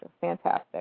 Fantastic